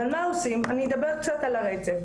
אני אדבר על הרצף.